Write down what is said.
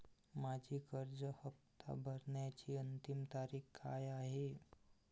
माझी कर्ज हफ्ता भरण्याची अंतिम तारीख काय आहे?